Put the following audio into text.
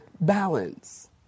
balance